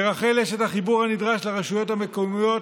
לרח"ל יש את החיבור הנדרש לרשויות המקומיות,